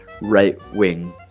right-wing